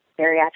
bariatric